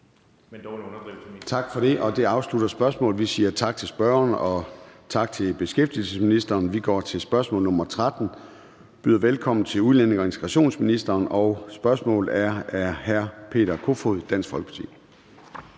Tak for det, og det afslutter spørgsmålet. Vi siger tak til spørgeren og tak til beskæftigelsesministeren. Vi går til spørgsmål nr. 13 (spm. nr. S 267) og byder velkommen til udlændinge- og integrationsministeren, og spørgsmålet er af hr. Peter Kofod, Dansk Folkeparti.